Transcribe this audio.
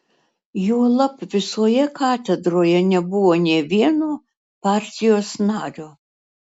juolab visoje katedroje nebuvo nė vieno partijos nario